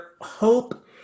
hope